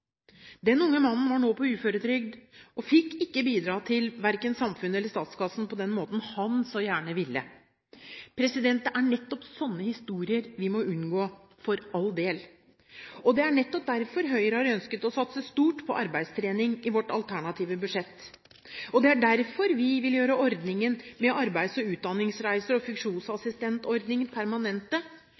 Den unge mannen var nå på uføretrygd, og fikk ikke bidra til verken samfunnet eller statskassen på den måten han så gjerne ville. Det er nettopp slike historier vi for all del må unngå. Det er nettopp derfor Høyre har ønsket å satse stort på arbeidstrening i vårt alternative budsjett. Det er derfor vi vil gjøre ordningen med arbeids- og utdanningsreiser og funksjonsassistentordningen